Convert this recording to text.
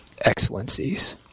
excellencies